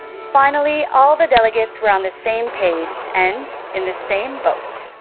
finally all the delegates were on the same page, and in the same boat.